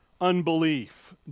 unbelief